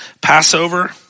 Passover